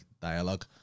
dialogue